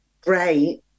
Great